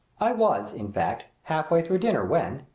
i was, in fact, halfway through dinner when,